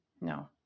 No